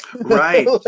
Right